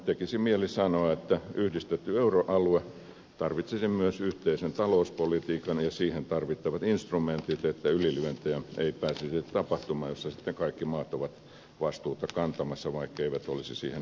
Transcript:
tekisi mieli sanoa että yhdistetty euroalue tarvitsisi myös yhteisen talouspolitiikan ja siihen tarvittavat instrumentit että ei pääsisi tapahtumaan ylilyöntejä joissa kaikki maat ovat sitten vastuuta kantamassa vaikka eivät olisi siihen velvoitettuja